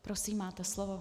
Prosím, máte slovo.